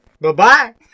Bye-bye